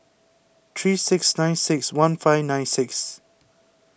three six nine six one five nine six